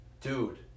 Dude